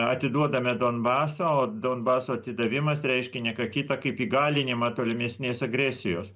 atiduodame donbasą o donbaso atidavimas reiškia ne ką kitą kaip įgalinimą tolimesnės agresijos